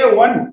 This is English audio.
one